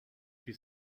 she